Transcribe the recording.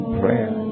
prayer